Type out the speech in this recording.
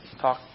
talk